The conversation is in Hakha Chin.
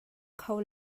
kho